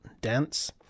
dense